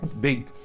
big